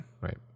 Right